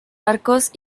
arcos